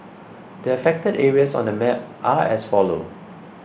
the affected areas on the map are as follow